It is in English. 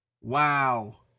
Wow